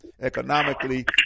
economically